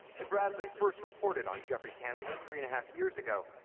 ed bradley first reported on geoffrey canada three and a half years ago.